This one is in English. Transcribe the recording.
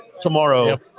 tomorrow